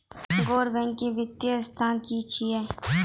गैर बैंकिंग वित्तीय संस्था की छियै?